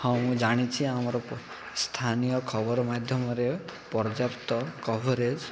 ହଁ ମୁଁ ଜାଣିଛି ଆମର ସ୍ଥାନୀୟ ଖବର ମାଧ୍ୟମରେ ପର୍ଯ୍ୟାପ୍ତ କଭରେଜ୍